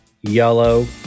yellow